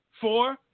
four